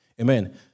Amen